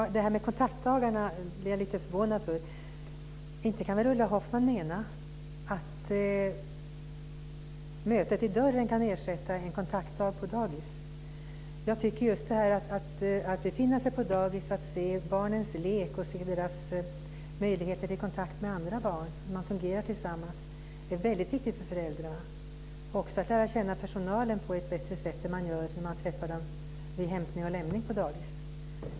Fru talman! Jag blev lite förvånad över det här med kontaktdagarna. Inte kan väl Ulla Hoffmann mena att mötet i dörren kan ersätta en kontaktdag på dagis. Jag tycker just att det här med att man befinner sig på dagis, ser barnens lek och deras möjligheter till kontakt med andra barn och hur de fungerar tillsammans är väldigt viktigt för föräldrarna. Det är också viktigt att lära känna personalen på ett bättre sätt än man gör när man träffar den vid hämtning och lämning på dagis.